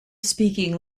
speaking